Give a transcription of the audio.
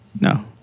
No